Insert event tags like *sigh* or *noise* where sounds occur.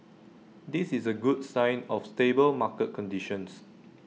this is A good sign of stable market conditions *noise*